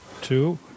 Two